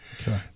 okay